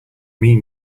mean